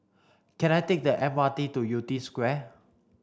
can I take the M R T to Yew Tee Square